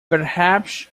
perhaps